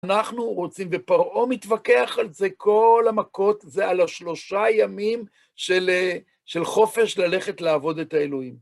אנחנו רוצים, ופרעה מתווכח על זה, כל המכות זה על השלושה ימים של חופש ללכת לעבוד את האלוהים.